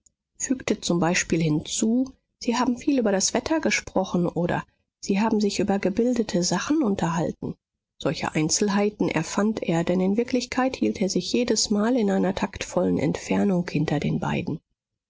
fügte zum beispiel hinzu sie haben viel über das wetter gesprochen oder sie haben sich über gebildete sachen unterhalten solche einzelheiten erfand er denn in wirklichkeit hielt er sich jedesmal in einer taktvollen entfernung hinter den beiden